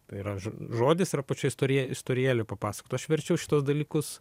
tai yra žo žodis ir apačioj istori istorijėlių papasakota aš verčiau šituos dalykus